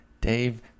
Dave